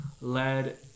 led